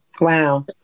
Wow